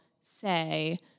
say